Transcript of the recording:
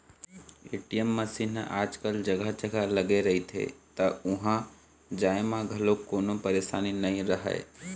ATM machine ह आजकल जघा जघा लगे रहिथे त उहाँ जाए म घलोक कोनो परसानी नइ रहय